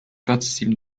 participe